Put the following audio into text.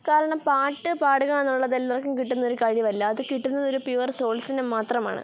കാരണം പാട്ടു പാടുകയെന്നുള്ളതെല്ലാവർക്കും കിട്ടുന്നൊരു കഴിവല്ല അതു കിട്ടുന്നതൊരു പ്യുവർ സോൾസിനു മാത്രമാണ്